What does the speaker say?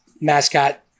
mascot